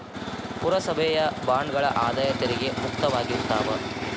ಪುರಸಭೆಯ ಬಾಂಡ್ಗಳ ಆದಾಯ ತೆರಿಗೆ ಮುಕ್ತವಾಗಿರ್ತಾವ